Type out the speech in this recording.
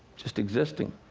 just existing.